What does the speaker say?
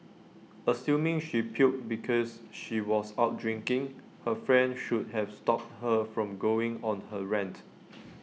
assuming she puked because she was out drinking her friend should have stopped her from going on her rant